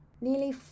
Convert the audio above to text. nearly